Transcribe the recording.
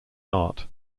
art